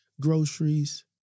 groceries